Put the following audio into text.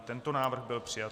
I tento návrh byl přijat.